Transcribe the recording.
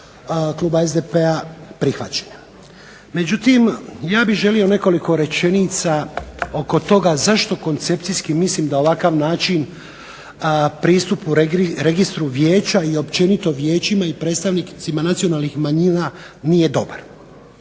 Međutim, ja bih želio nekoliko rečenica oko toga zašto koncepcijski mislim da ovakav način pristupu registru Vijeća i općenito vijećima i predstavnicima nacionalnih manjina nije dobar.